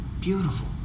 beautiful